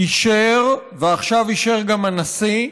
ועכשיו אישר גם הנשיא,